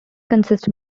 consist